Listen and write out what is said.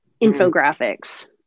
infographics